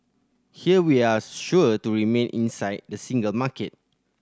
here we are sure to remain inside the single market